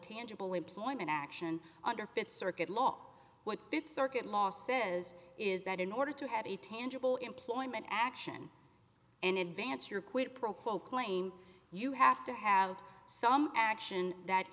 tangible employment action under fifth circuit law what fit circuit law says is that in order to have a tangible employment action and advance your quid pro quo claim you have to have some action that